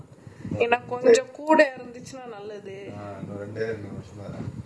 oh by the way you need to update your life three sixty tracking app because if not they are going to track where you are going